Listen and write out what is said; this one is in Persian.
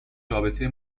رابطه